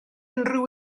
unrhyw